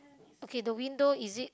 okay the window is it